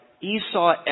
Esau